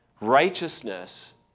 righteousness